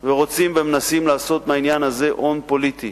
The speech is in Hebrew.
ורוצים ומנסים לעשות מהעניין הזה הון פוליטי.